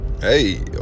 hey